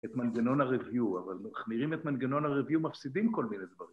‫את מנגנון ה- review, ‫אבל מחמירים את מנגנון ה-review, ‫מפסידים כל מיני דברים.